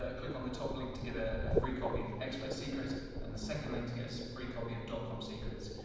click on the top link to get a a free copy of expert secrets and the second link to get a free copy of dotcom secrets.